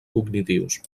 cognitius